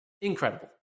Incredible